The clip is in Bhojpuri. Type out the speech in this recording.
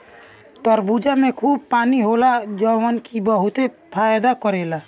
तरबूजा में खूब पानी होला जवन की बहुते फायदा करेला